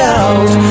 out